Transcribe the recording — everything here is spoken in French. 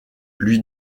lui